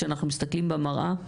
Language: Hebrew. שאנחנו מסתכלים במראה,